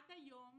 שעד היום